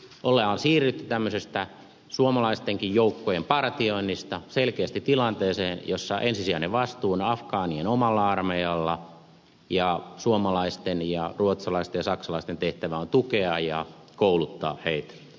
on siirrytty tämmöisestä joukkojen suomalaistenkin partioinnista selkeästi tilanteeseen jossa ensisijainen vastuu on afgaanien omalla armeijalla ja suomalaisten ja ruotsalaisten ja saksalaisten tehtävä on tukea ja kouluttaa heitä